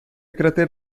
cráter